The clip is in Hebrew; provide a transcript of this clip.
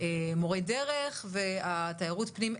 מורי דרך והתיירות פנים,